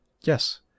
Yes